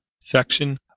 section